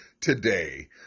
today